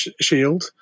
shield